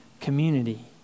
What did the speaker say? community